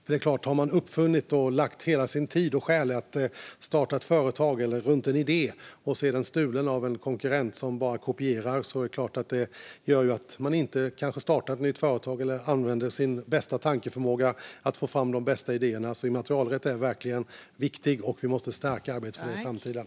Om man har uppfunnit och lagt hela sin tid och själ i att starta ett företag baserat på en idé, för att sedan se den stulen av en konkurrent som bara kopierar, gör det att man kanske inte startar ett nytt företag eller använder sin bästa tankeförmåga att få fram de bästa idéerna. Immaterialrätt är verkligen viktigt, och vi måste stärka arbetet för framtiden.